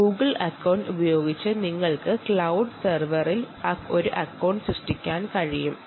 നിങ്ങളുടെ Google account ഉപയോഗിച്ച് നിങ്ങൾക്ക് ഒരു ക്ലൌഡ് സെർവറിൽ അക്കൌണ്ട് ഉണ്ടാക്കാൻ കഴിയും